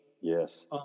Yes